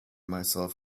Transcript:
myself